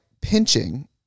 pinching